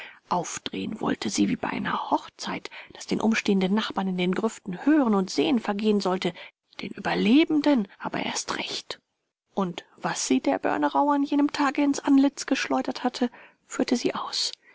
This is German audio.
aufdrehen wollte sie wie bei einer hochzeit daß den umliegenden nachbarn in den grüften hören und sehen vergehen sollte den überlebenden aber erst recht und was sie der börnerau an jenem tage ins antlitz geschleudert hatte führte sie aus